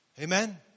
Amen